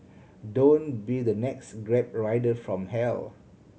don't be the next Grab rider from hell